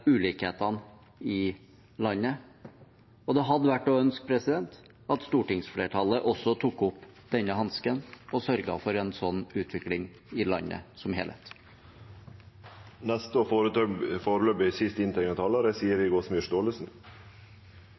ulikhetene i landet. Det hadde vært å ønske at stortingsflertallet også tok opp denne hansken og sørget for en sånn utvikling i landet som helhet.